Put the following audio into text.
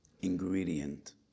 ingredient